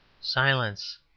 Silence